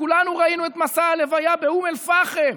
כולנו ראינו את מסע הלוויה באום אל-פחם,